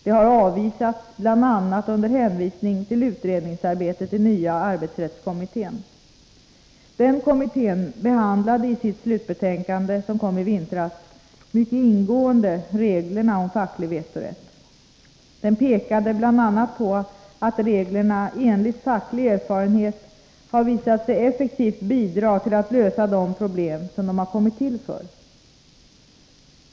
Det har avvisats bl.a. under hänvisning till utredningsarbetet i nya arbetsrättskommittén. Den kommittén behandlade i sitt slutbetänkande, som kom i vintras, mycket ingående reglerna om facklig vetorätt. Den pekade bl.a. på att reglerna enligt facklig erfarenhet har visat sig effektivt bidra till att lösa de problem som de har kommit till för.